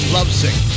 Lovesick